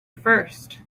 first